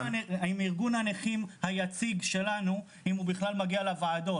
ארגון הנכים היציג בכלל מגיע לוועדות.